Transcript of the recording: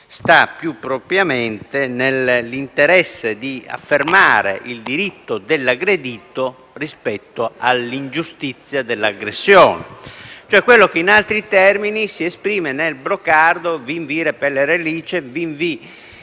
sta più propriamente nell'interesse di affermare il diritto dell'aggredito rispetto all'ingiustizia dell'aggressione. È quello che, in altri termini, si esprime nel brocardo «*Vim vi repellere omnes